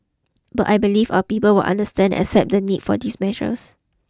but I believe our people will understand and accept the need for these measures